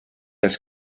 els